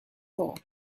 thought